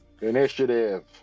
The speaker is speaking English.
Initiative